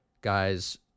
guys